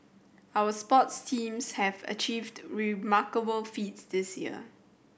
our sports teams have achieved remarkable feats this year